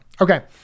okay